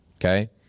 Okay